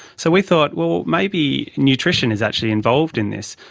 so we thought, well, maybe nutrition is actually involved in this.